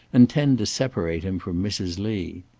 and tend to separate him from mrs. lee.